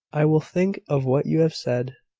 i will think of what you have said,